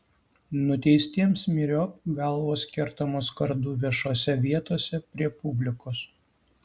nuteistiems myriop galvos kertamos kardu viešose vietose prie publikos